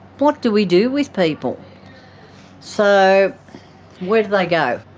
what do we do with people so where do they go?